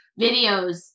videos